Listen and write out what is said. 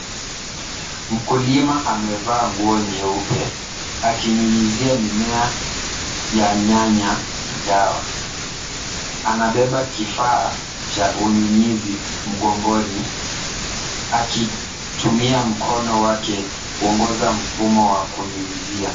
Mkulima amevaa nguo nyeupe akinyunyizia mimea ya nyanya dawa. Anabeba kifaa cha unyunyizi mgongoni akitumia mkono wake kuongoza mfumo wa kunyunyizia.